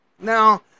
Now